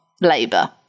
labour